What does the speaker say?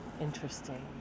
interesting